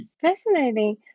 Fascinating